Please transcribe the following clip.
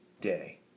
day